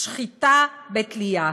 שחיטה בתלייה.